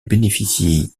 bénéficient